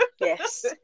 yes